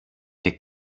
και